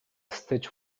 stitch